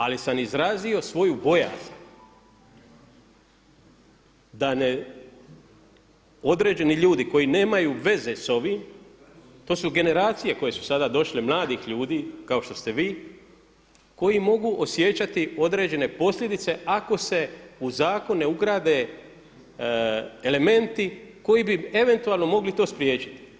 Ali sam izrazio svoju bojazan da ne određeni ljudi koji nemaju veze sa ovim, to su generacije koje su sada došle mladih ljudi kao što ste vi koji mogu osjećati određene posljedice ako se u zakon ne ugrade elementi koji bi eventualno mogli to spriječiti.